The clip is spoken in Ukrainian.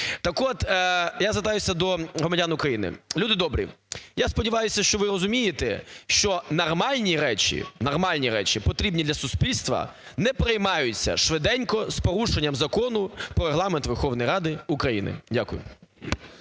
Так от, я звертаюся до громадян України. Люди добрі, я сподіваюся, що ви розумієте, що нормальні речі, нормальні речі, потрібні для суспільства, не приймаються швиденько з порушенням Закону "Про Регламент Верховної Ради України". Дякую.